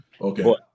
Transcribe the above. Okay